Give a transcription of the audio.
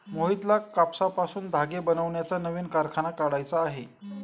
मोहितला कापसापासून धागे बनवण्याचा नवीन कारखाना काढायचा आहे